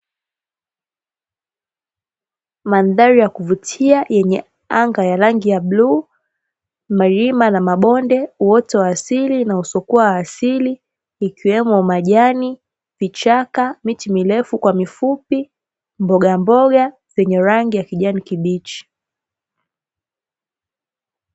Mandhari ya kuvutia yenye anga ya rangi ya bluu, milima na mabonde, uoto wa asili na usio kuwa wa asili ikiwemo majani, vichaka, miti mirefu kwa mifupi, mbogamboga zenye rangi ya kijani kibichi.